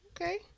Okay